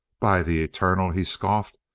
by the eternal! he scoffed.